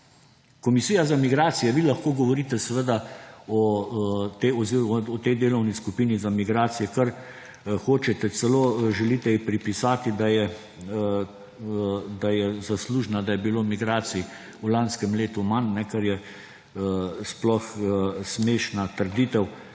Komisija za migracije; vi lahko govorite seveda o tej delovni skupini za migracije, kar hočete, celo želite ji pripisati, da je zaslužna, da je bilo migracij v lanskem letu manj, kar je sploh smešna trditev.